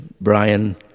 Brian